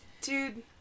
dude